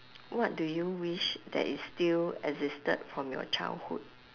what do you wish that is still existed from your childhood